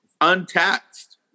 untaxed